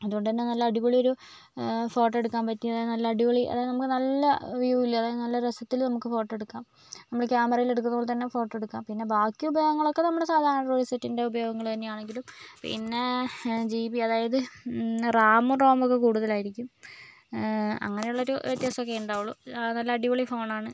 അതുകൊണ്ടുതന്നെ നല്ല അടിപൊളി ഒരു ഫോട്ടോ എടുക്കാൻ പറ്റിയ നല്ല അടിപൊളി നമുക്ക് നല്ല വ്യൂയിൽ നല്ല രസത്തിൽ നമുക്ക് ഫോട്ടോ എടുക്കാം നമ്മൾ ക്യാമറയിൽ എടുക്കുന്ന പോലെ തന്നെ ഫോട്ടോ എടുക്കാം പിന്നെ ബാക്കി ഉപയോഗങ്ങളൊക്കെ നമ്മുടെ സാധാരണ ആൻഡ്രോയിഡ് സെറ്റിൻ്റെ ഉപയോഗങ്ങൾ തന്നെ ആണെങ്കിലും പിന്നെ ജി ബി അതായത് റാമും റോമും ഒക്കെ കൂടുതലായിരിക്കും അങ്ങനെയുള്ളൊരു വ്യത്യാസം ഒക്കെ ഉണ്ടാവുകയുള്ളൂ നല്ല അടിപൊളി ഫോണാണ്